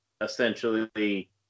essentially